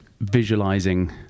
visualizing